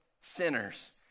sinners